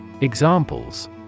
Examples